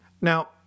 Now